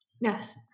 Yes